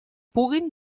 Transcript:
puguin